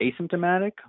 asymptomatic